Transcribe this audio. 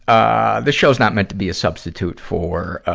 ah this show's not meant to be a substitute for, ah,